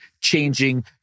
changing